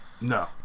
No